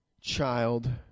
child